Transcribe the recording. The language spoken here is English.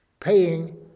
paying